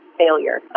failure